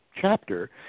chapter